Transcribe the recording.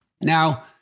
Now